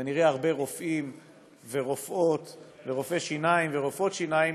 ונראה הרבה רופאים ורופאות ורופאי שיניים ורופאות שיניים,